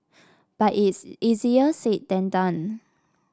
but it is easier said than done